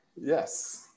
yes